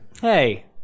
Hey